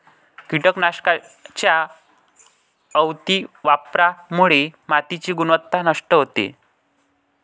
कीटकनाशकांच्या अतिवापरामुळे मातीची गुणवत्ता नष्ट होते